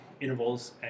intervals